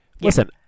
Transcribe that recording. Listen